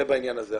זה בעניין הזה.